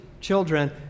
children